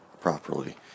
properly